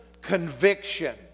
conviction